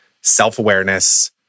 self-awareness